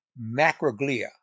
macroglia